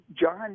John